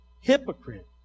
Hypocrite